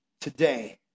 today